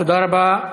תודה רבה.